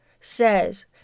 says